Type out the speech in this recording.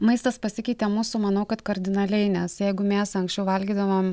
maistas pasikeitė mūsų manau kad kardinaliai nes jeigu mėsą anksčiau valgydavom